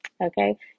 Okay